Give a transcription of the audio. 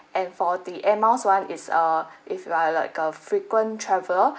and for the air miles [one] is err if you are like a frequent traveler